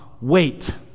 wait